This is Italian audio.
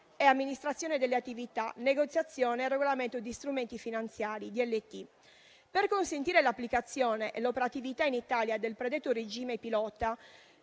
e amministrazione delle attività, negoziazione e regolamento di strumenti finanziari DLT. Per consentire l'applicazione e l'operatività in Italia del predetto regime pilota